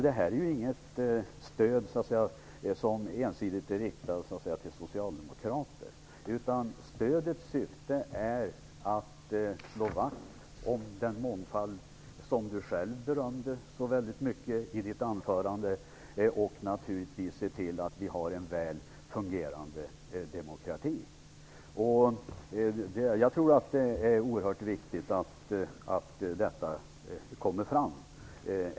Det här är alltså inget stöd som är ensidigt riktat till socialdemokrater, utan stödets syfte är att slå vakt om den mångfald som Carl-Johan Wilson själv prisade i sitt anförande och att se till att vi har en väl fungerande demokrati. Jag tror att det är oerhört viktigt att detta kommer fram.